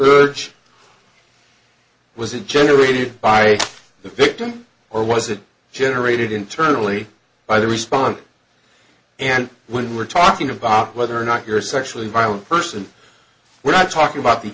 sexual was it generated by the victim or was it generated internally by the response and when we're talking about whether or not you're sexually violent person we're not talking about the